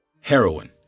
Heroin